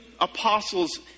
apostles